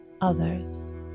others